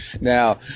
Now